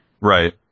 right